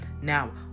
Now